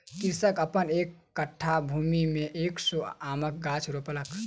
कृषक अपन एक कट्ठा भूमि में एक सौ आमक गाछ रोपलक